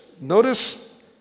Notice